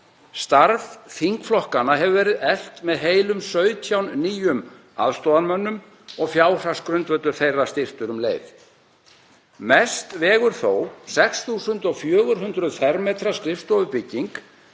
Starf þingflokkanna hefur verið eflt með heilum 17 nýjum aðstoðarmönnum og fjárhagsgrundvöllur þeirra styrktur um leið. Mest vegur þó 6.400 m² skrifstofubygging,